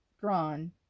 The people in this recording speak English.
drawn